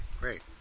great